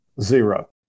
Zero